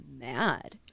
mad